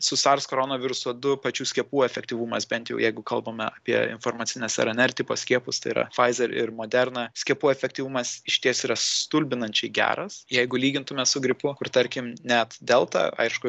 su sars koronaviruso du pačių skiepų efektyvumas bent jau jeigu kalbame apie informacinės rnr tipo skiepus tai yra faizer ir moderna skiepų efektyvumas išties yra stulbinančiai geras jeigu lygintume su gripu kur tarkim net delta aišku